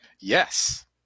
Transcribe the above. Yes